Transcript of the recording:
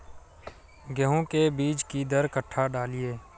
गेंहू के बीज कि दर कट्ठा डालिए?